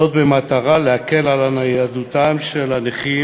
זאת במטרה להקל את ניידותם של הנכים